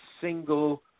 single